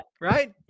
Right